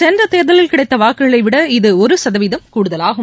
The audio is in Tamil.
சென்ற தேர்தலில் கிடைத்த வாக்குகளை விட இது ஒரு சதவீதம் கூடுதலாகும்